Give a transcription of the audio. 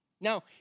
Now